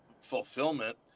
fulfillment